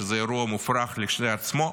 שזה אירוע מופרך לכשעצמו.